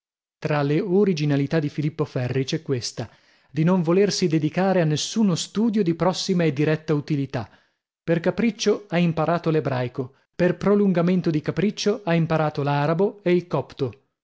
tra le originalità di filippo ferri c'è questa di non volersi dedicare a nessuno studio di prossima e diretta utilità per capriccio ha imparato l'ebraico per prolungamento di capriccio ha imparato l'arabo e il copto